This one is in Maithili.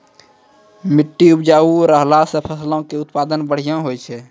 मट्टी उपजाऊ रहला से फसलो के उत्पादन बढ़िया होय छै